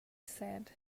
said